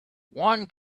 one